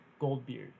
Goldbeard